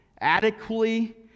adequately